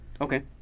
Okay